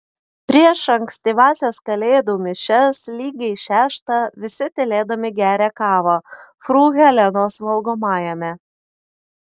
prieš ankstyvąsias kalėdų mišias lygiai šeštą visi tylėdami geria kavą fru helenos valgomajame